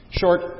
Short